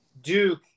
Duke